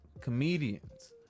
Comedians